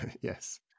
Yes